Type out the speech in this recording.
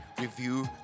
review